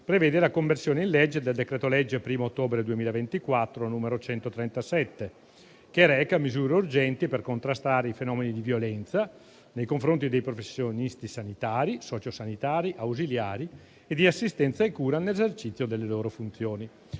prevede la conversione in legge del decreto-legge 1° ottobre 2024, n. 137, recante misure urgenti per contrastare i fenomeni di violenza nei confronti dei professionisti sanitari, socio-sanitari, ausiliari e di assistenza e cura nell'esercizio delle loro funzioni,